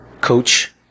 Coach